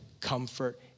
comfort